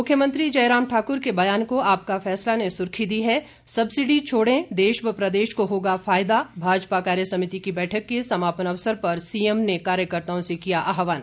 मुख्यमंत्री जयराम ठाकुर के बयान को आपका फैसला ने सुर्खी दी है सबसिडी छोड़ें देश व प्रदेश को होगा फायदा भाजपा कार्यसमिति की बैठक के समापन अवसर पर सीएम ने कार्यकर्ताओं से किया आहवान